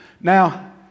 Now